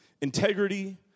Integrity